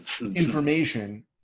information